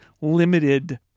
limited